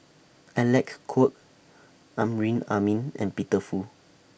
Alec Kuok Amrin Amin and Peter Fu